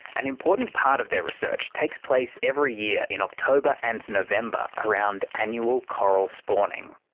an important part of their research takes place every year in october and november around annual coral spawning.